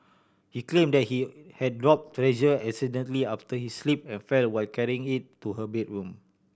he claimed that he had drop Treasure accidentally after he slip and fell while carrying it to her bedroom